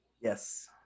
Yes